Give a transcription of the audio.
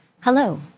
hello